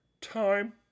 time